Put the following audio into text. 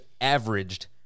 averaged